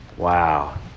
Wow